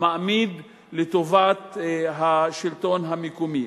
מעמיד לטובת השלטון המקומי.